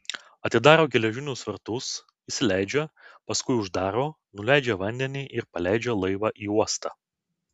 atidaro geležinius vartus įsileidžia paskui uždaro nuleidžia vandenį ir paleidžia laivą į uostą